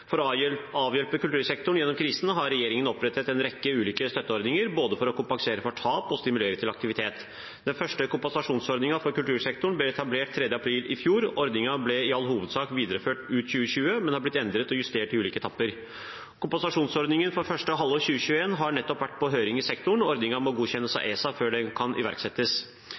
For å hjelpe kultursektoren gjennom krisen har regjeringen opprettet en rekke ulike støtteordninger for både å kompensere for tap og stimulere til aktivitet. Den første kompensasjonsordningen for kultursektoren ble etablert 3. april i fjor. Ordningen ble i all hovedsak videreført ut 2020, men har blitt endret og justert i ulike etapper. Kompensasjonsordningen for første halvår 2021 har nettopp vært på høring i sektoren. Ordningen må godkjennes av ESA før den kan iverksettes.